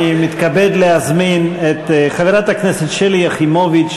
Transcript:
אני מתכבד להזמין את חברת הכנסת שלי יחימוביץ,